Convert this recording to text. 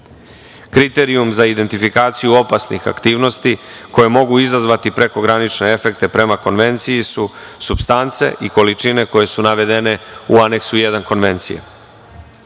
udesa. Kriterijum za identifikaciju opasnih aktivnosti koje mogu izazvati prekogranične efekte prema konvenciji su supstance i količine koje su navedene u Aneksu 1. konvencije.